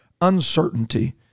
Uncertainty